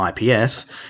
IPS